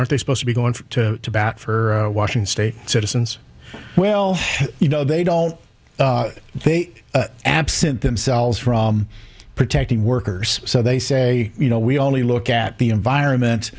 aren't they supposed to be going to bat for washington state citizens well you know they don't they absent themselves from protecting workers so they say you know we only look at the environment